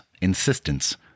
insistence